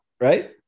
right